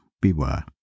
beware